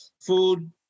food